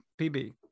PB